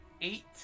eight